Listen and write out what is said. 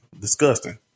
Disgusting